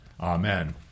Amen